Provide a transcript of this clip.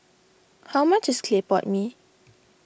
how much is Clay Pot Mee